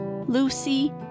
Lucy